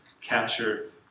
capture